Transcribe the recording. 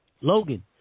Logan